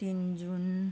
तिन जुन